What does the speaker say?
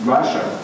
Russia